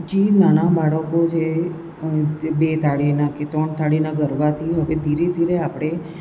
જે નાના બાળકો છે એ બે તાળી નાખે ત્રણ તાળીના ગરબાથી ધીરે ધીરે આપણે